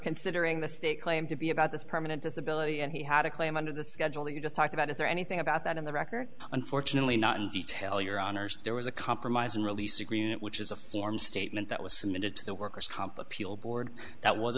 considering the state claim to be about this permanent disability and he had a claim under the schedule that you just talked about is there anything about that in the record unfortunately not in detail your honour's there was a compromise and release agreement which is a form statement that was submitted to the worker's comp appeal board that was